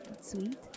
sweet